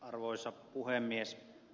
arvoisa puhemies